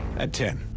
at ten.